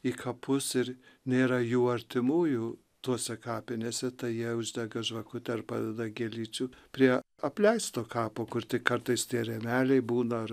į kapus ir nėra jų artimųjų tose kapinėse tai jie uždega žvakutę ar padeda gėlyčių prie apleisto kapo kur tik kartais tie rėmeliai būna ar